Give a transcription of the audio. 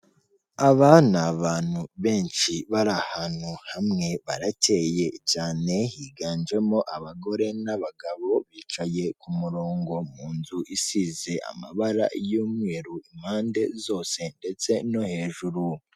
Aba ni abantu benshi bari ahantu hamwe baracyeye cyane, higanjemo abagore n'abagabo bicaye ku murongo mu nzu isize amabara y'umweru impande zose ndetse no hejuru.